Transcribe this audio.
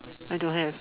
I don't have